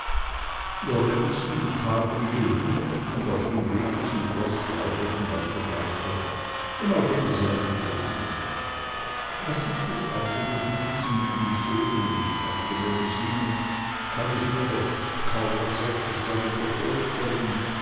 lorenzen tat wie gewünscht und auf dem wege zum schloß plauderten beide weiter wenn auch über sehr andere dinge was ist es eigentlich mit diesem museum fragte melusine kann ich mir doch kaum was rechtes darunter vorstellen